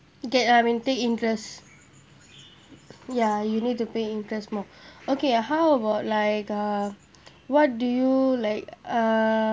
get I mean take interest ya you need to pay interest more okay how about like uh what do you like uh